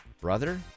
brother